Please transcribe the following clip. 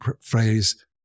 phrase